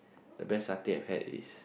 the best satay I've had is